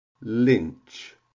lynch